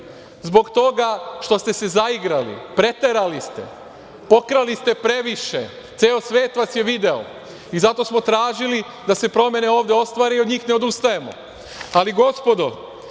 zbog toga što ste zaigrali, preterali ste. Pokrali ste previše. Ceo svet vas je video i zato smo tražili da se promene ovde ostvare i od njih ne odustajemo. Gospodo,